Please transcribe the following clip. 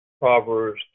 Proverbs